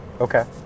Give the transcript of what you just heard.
okay